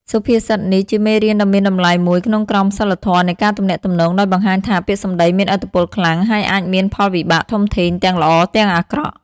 សុភាសិតនេះជាមេរៀនដ៏មានតម្លៃមួយក្នុងក្រមសីលធម៌នៃការទំនាក់ទំនង ដោយបង្ហាញថា ពាក្យសម្ដីមានឥទ្ធិពលខ្លាំង ហើយអាចមានផលវិបាកធំធេងទាំងល្អទាំងអាក្រក់។